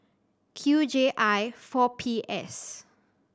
Q J I four P S